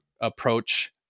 approach